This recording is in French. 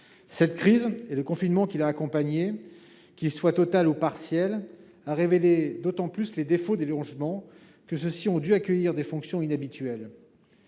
Cette crise et le confinement qui l'a accompagnée, qu'il soit total ou partiel, ont d'autant plus révélé les défauts des logements que ceux-ci ont dû accueillir des fonctions inhabituelles.